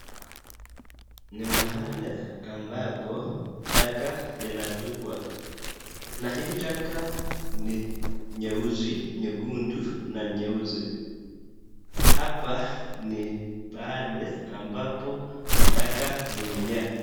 Ni mahali ambapo taka linatupwa na hili taka ni nyeusi na nyekundu hapa ni pahali ambapo taka zimejaa.